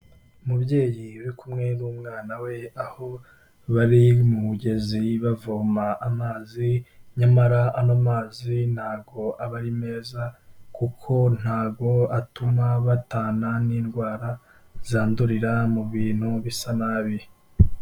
Umubyeyi uri kumwe n'umwana we aho bari mu mugezi bavoma amazi, nyamara ano mazi ntago aba ari meza, kuko ntago atuma batana n'indwara zandurira mu bintu bisa nabi.